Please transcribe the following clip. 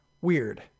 weird